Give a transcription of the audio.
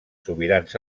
sobirans